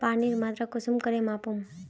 पानीर मात्रा कुंसम करे मापुम?